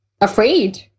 afraid